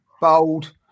Bold